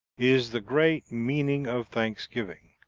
is the great meaning of thanksgiving.